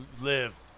live